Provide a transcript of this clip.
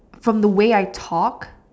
from the way I talk